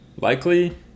likely